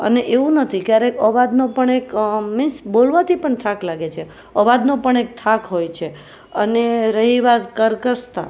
અને એવું નથી કે ક્યારેક અવાજનો પણ એક મીન્સ બોલવાથી પણ થાક લાગે છે અવાજનો પણ એક થાક હોય છે અને રહી વાત કર્કશતા